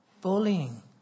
Bullying